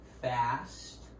Fast